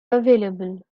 available